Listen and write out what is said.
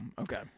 okay